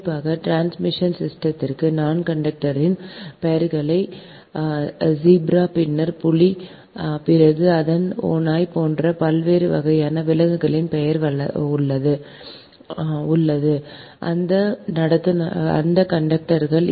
குறிப்பாக டிரான்ஸ்மிஷன் சிஸ்டத்திற்கு நான் கண்டக்டர்களின் பெயர்களை ஜீப்ரா பின்னர் புலி பிறகு உங்கள் ஓநாய் போன்ற பல்வேறு வகையான விலங்குகளின் பெயர் வலது அந்தகண்டக்டர்